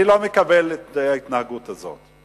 אני לא מקבל את ההתנהגות הזאת.